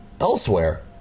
elsewhere